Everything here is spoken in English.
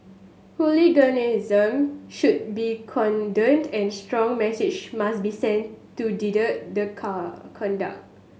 hooliganism should be condoned and a strong message must be sent to deter the car conduct